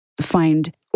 Find